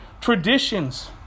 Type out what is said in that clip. traditions